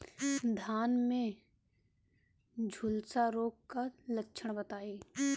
धान में झुलसा रोग क लक्षण बताई?